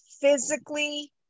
physically